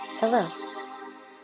Hello